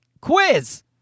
quiz